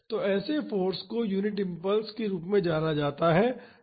तो ऐसे फाॅर्स को यूनिट इम्पल्स के रूप में जाना जाता है